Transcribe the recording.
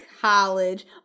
college